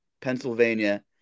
Pennsylvania